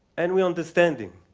and we're understanding.